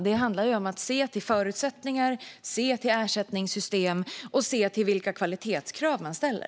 Det handlar om att se till förutsättningar, till ersättningssystem och till vilka kvalitetskrav man ställer.